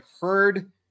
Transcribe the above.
heard